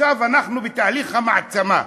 עכשיו אנחנו בתהליך המעצמה.